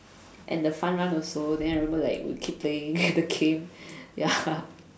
and the fun run also then I remember like we keep playing the game ya